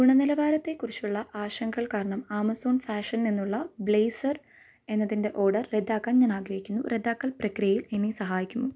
ഗുണനിലവാരത്തെക്കുറിച്ചുള്ള ആശങ്കകൾ കാരണം ആമസോൺ ഫാഷനിൽ നിന്നുള്ള ബ്ലേസർ എന്നതിൻ്റെ ഓർഡർ റദ്ദാക്കാൻ ഞാൻ ആഗ്രഹിക്കുന്നു റദ്ദാക്കൽ പ്രക്രിയയിൽ എന്നെ സഹായിക്കാമോ